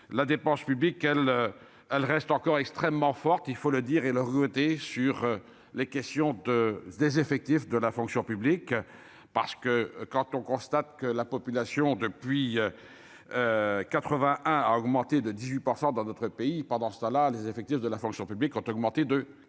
la dépense publique, elle, elle reste encore extrêmement forte, il faut le dire et le regretté sur les questions de des effectifs de la fonction publique, parce que quand on constate que la population depuis 81 a augmenté de 18 % dans notre pays pendant ce temps là, les effectifs de la fonction publique ont augmenté de 40